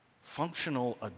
functional